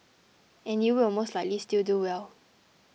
and you will most likely still do well